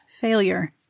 failure